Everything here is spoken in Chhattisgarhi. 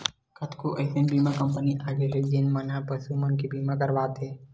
कतको अइसन बीमा कंपनी आगे हे जेन मन ह पसु मन के बीमा करत हवय